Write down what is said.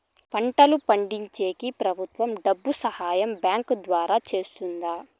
పంటలు పండించేకి ప్రభుత్వం డబ్బు సహాయం బ్యాంకు ద్వారా చేస్తుందా?